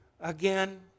again